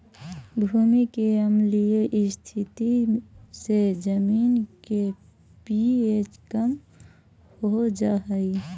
भूमि के अम्लीय स्थिति से जमीन के पी.एच कम हो जा हई